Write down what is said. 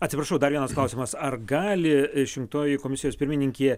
atsiprašau dar vienas klausimas ar gali išrinktoji komisijos pirmininkė